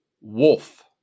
wolf